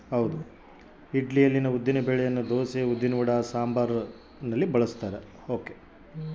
ಇಡ್ಲಿಯಲ್ಲಿ ಉದ್ದಿನ ಬೆಳೆಯನ್ನು ದೋಸೆ, ಉದ್ದಿನವಡ, ಸಂಬಾರಪುಡಿಯಲ್ಲಿ ಬಳಸ್ತಾರ